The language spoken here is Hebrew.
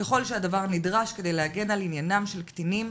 ככל שהדבר נדרש כדי להגן על עניינם של קטינים,